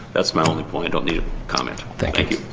that's my only point. don't need a comment. thank thank you.